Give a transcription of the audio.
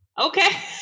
Okay